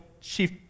chief